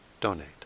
donate